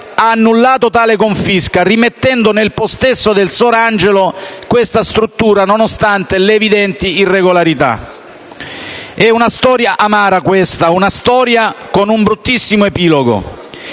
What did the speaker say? ha annullato tale confisca, rimettendo nel possesso del Sorangelo questa struttura, nonostante le evidenti irregolarità. È una storia amara, questa, con un bruttissimo epilogo,